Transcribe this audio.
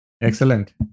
Excellent